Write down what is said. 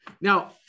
Now